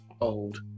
old